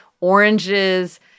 oranges